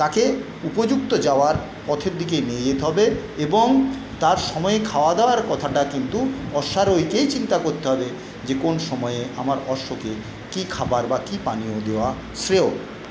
তাকে উপযুক্ত যাওয়ার পথের দিকে নিয়ে যেতে হবে এবং তার সময়ে খাওয়া দাওয়ার কথাটা কিন্তু অশ্বারোহীকেই চিন্তা করতে হবে যে কোন সময়ে আমার অশ্বকে কি খাবার বা কি পানীয় দেওয়া শ্রেয়